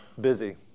busy